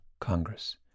Congress